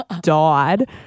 died